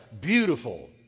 beautiful